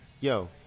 Yo